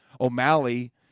O'Malley